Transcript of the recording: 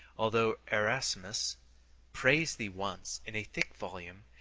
although erasmus praised thee once in a thick volume,